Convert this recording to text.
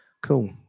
Cool